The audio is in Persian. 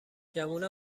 گمونم